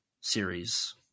series